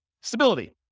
Stability